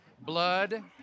blood